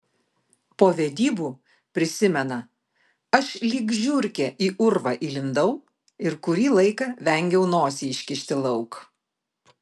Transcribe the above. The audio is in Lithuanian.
po vedybų prisimena aš lyg žiurkė į urvą įlindau ir kurį laiką vengiau nosį iškišti lauk